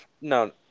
No